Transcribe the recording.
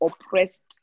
oppressed